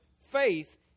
faith